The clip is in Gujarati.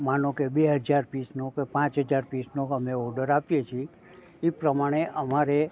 માનો કે બે હજાર પીસનો કે પાંચ હજાર પીસનો અમે ઓડર આપીએ છીએ એ પ્રમાણે અમારે